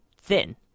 thin